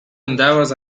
endeavors